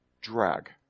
drag